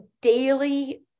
daily